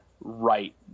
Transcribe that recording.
right